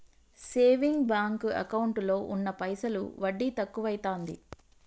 saving bank ఎకౌంటులో ఉన్న పైసలు వడ్డి తక్కువైతాంది